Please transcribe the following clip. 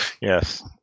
Yes